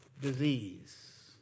disease